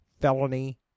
felony